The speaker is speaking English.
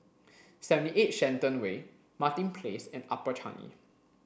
seventy eight Shenton Way Martin Place and Upper Changi